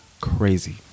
crazy